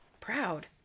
Proud